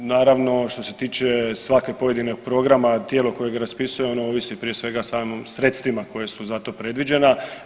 Naravno što se tiče svakog pojedinog programa, tijelo koje ga raspisuje ono ovisi prije svega o samim sredstvima koje su za to predviđena.